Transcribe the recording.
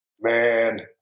Man